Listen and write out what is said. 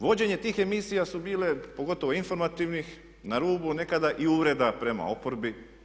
Vođenje tih emisija su bile, pogotovo informativnih na rubu nekada i uvreda prema oporbi.